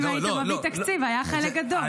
אם היית מביא תקציב, היה חלק גדול.